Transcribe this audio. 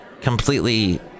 completely